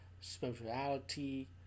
spirituality